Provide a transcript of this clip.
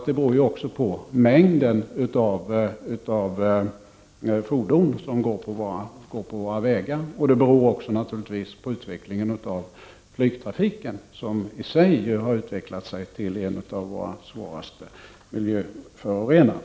Det beror även på mängden av fordon som trafikerar våra vägar och på utvecklingen av flygtrafiken, som isig har utvecklat sig till en av våra svåraste miljöförorenare.